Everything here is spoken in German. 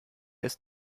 ist